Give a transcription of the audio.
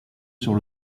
sur